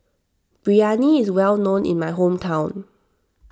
Biryani is well known in my hometown